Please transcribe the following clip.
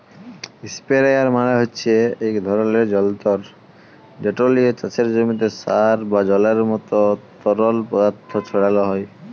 ইসপেরেয়ার মালে হছে ইক ধরলের জলতর্ যেট লিয়ে চাষের জমিতে সার বা জলের মতো তরল পদাথথ ছড়ালো হয়